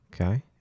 Okay